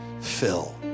fill